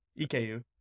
EKU